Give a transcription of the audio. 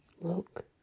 look